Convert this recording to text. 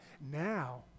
Now